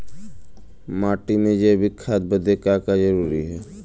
माटी में जैविक खाद बदे का का जरूरी ह?